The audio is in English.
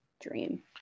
dream